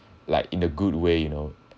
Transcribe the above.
like in a good way you know